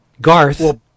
Garth